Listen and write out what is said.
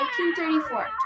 1934